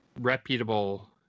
reputable